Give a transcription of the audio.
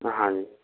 हाँ जी